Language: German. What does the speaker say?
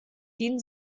dienen